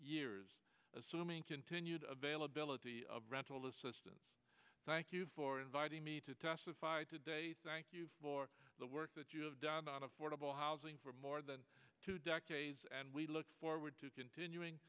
years assuming continued availability of rental assistance thank you for inviting me to testify today thank you for the work that you have done on affordable housing for more than two decades and we look forward to continuing